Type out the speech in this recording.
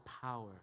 power